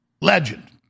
legend